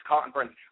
Conference